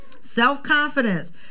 Self-confidence